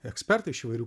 ekspertai iš įvairių